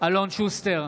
אלון שוסטר,